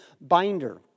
Binder